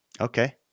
Okay